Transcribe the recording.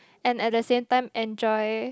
and at the same time enjoy